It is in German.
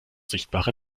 sichtbare